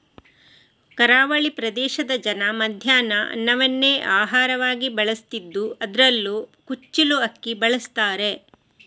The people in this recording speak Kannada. ಕರಾವಳಿ ಪ್ರದೇಶದ ಜನ ಮಧ್ಯಾಹ್ನ ಅನ್ನವನ್ನೇ ಆಹಾರವಾಗಿ ಬಳಸ್ತಿದ್ದು ಅದ್ರಲ್ಲೂ ಕುಚ್ಚಿಲು ಅಕ್ಕಿ ಬಳಸ್ತಾರೆ